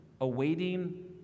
awaiting